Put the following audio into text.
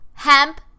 Hemp